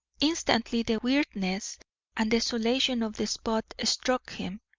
instantly the weirdness and desolation of the spot struck him.